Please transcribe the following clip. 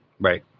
right